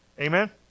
amen